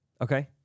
Okay